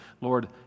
Lord